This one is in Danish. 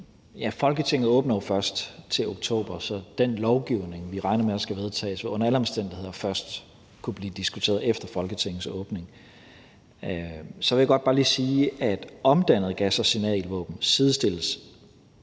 Folketinget åbner jo først til oktober, så den lovgivning, vi regner med der skal vedtages, vil under alle omstændigheder først kunne blive diskuteret efter Folketingets åbning. Så vil jeg godt bare lige sige, at omdannede gas- og signalvåben sidestilles